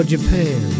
Japan